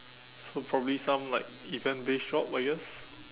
so probably some like event based job I guess